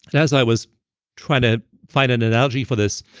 as i was trying to find an analogy for this,